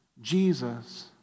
Jesus